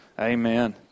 Amen